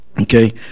okay